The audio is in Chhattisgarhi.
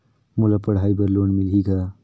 मोला पढ़ाई बर लोन मिलही का?